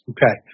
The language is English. Okay